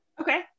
Okay